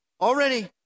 already